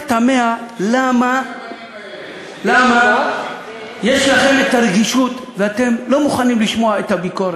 אני רק תמה למה יש לכם רגישות ואתם לא מוכנים לשמוע את הביקורת.